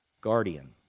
guardian